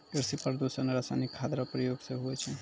कृषि प्रदूषण रसायनिक खाद रो प्रयोग से हुवै छै